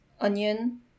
onion